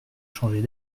changer